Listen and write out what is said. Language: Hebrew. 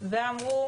ואמרו